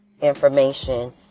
information